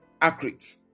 accurate